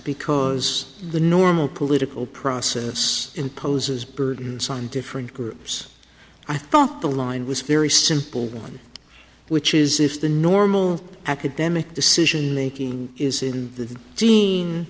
because the normal political process imposes burdens on different groups i thought the line was very simple which is if the normal academic decisionmaking is in the dean